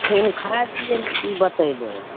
फेन खाइ पीयैमे की बतेबय